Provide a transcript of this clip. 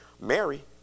Mary